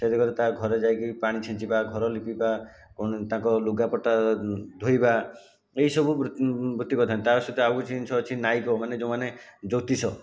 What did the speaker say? ସେ ଦିଗରେ ତା' ଘରେ ଯାଇକି ପାଣି ଛିଞ୍ଚିବା ଘର ଲିପିବା କ'ଣ ତାଙ୍କ ଲୁଗାପଟା ଧୋଇବା ଏହିସବୁ ବୃ ବୃତିବିଧାନ ତା' ସହିତ ଆଉ କିଛି ଜିନିଷ ଅଛି ନାଇକ ମାନେ ଯେଉଁମାନେ ଜ୍ୟୋତିଷ